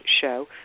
show